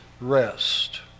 rest